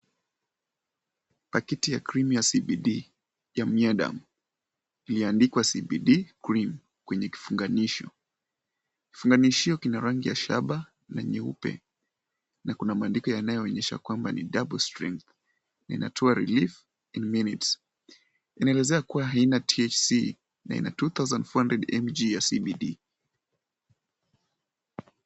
Pakiti ya cream ya CBD ya miadamu imeandikwa CBD, cream , kwenye kifunganisho. Kifunganishio kina rangi ya shaaba na nyeupe. Na kuna maandiko yanayoonyesha kwamba ni double strength . Inatoa relief in minutes . Inaelezea kuwa haina THC na ina 2,400 mg ya CBD.